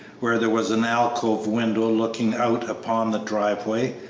where there was an alcove window looking out upon the driveway,